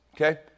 okay